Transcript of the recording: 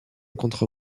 contre